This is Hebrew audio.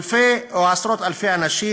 אלפים או עשרות אלפים של אנשים,